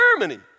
Germany